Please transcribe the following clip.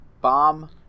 Bomb